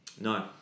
no